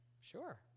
Sure